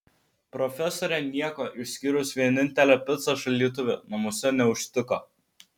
profesorė nieko išskyrus vienintelę picą šaldytuve namuose neužtiko